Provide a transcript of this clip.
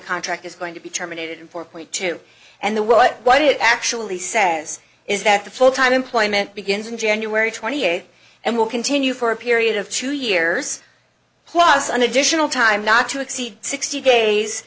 contract is going to be terminated in four point two and the what what it actually says is that the full time employment begins in january twentieth and will continue for a period of two years plus an additional time not to exceed sixty days